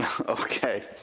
okay